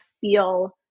feel